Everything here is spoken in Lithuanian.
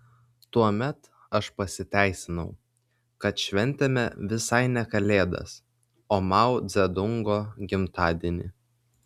tuomet aš pasiteisinau kad šventėme visai ne kalėdas o mao dzedungo gimtadienį